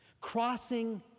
crossing